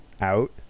out